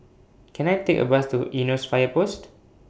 Can I Take A Bus to Eunos Fire Post